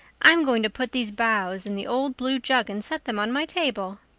i'm going to put these boughs in the old blue jug and set them on my table.